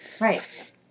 Right